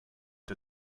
der